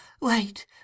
Wait